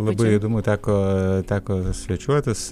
labai įdomu teko teko svečiuotis